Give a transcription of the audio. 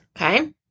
okay